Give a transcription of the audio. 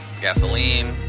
gasoline